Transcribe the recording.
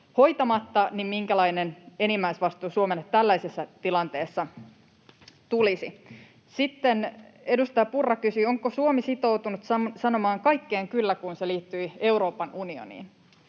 hoitamatta, sitä, minkälainen enimmäisvastuu Suomelle tällaisessa tilanteessa tulisi. Sitten edustaja Purra kysyi, onko Suomi sitoutunut sanomaan ”kyllä” kaikkeen, mikä liittyy Euroopan unioniin.